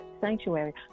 sanctuary